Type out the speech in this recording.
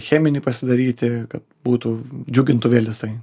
cheminį pasidaryti kad būtų džiugintų vėl jisai